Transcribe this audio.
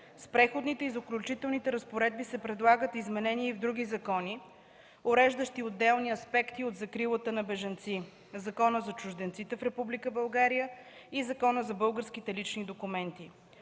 С Преходните и заключителните разпоредби се предлагат изменения в други закони, уреждащи отделни аспекти на закрилата на бежанци – Закона за чужденците в Република България и Закона за българските лични документи.